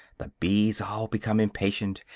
the bees all become impatient,